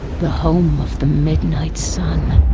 the home of the midnight sun,